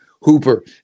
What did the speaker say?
Hooper